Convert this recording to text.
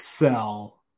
excel